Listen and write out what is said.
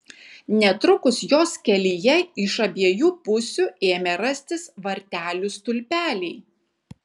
netrukus jos kelyje iš abiejų pusių ėmė rastis vartelių stulpeliai